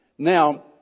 Now